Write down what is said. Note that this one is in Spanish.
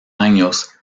años